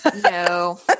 no